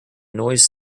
noise